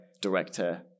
director